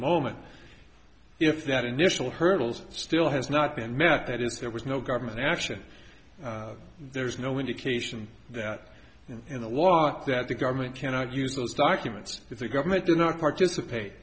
moment if that initial hurdles still has not been met that is there was no government action there's no indication that in the lot that the government cannot use those documents if the government do not participate